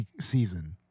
season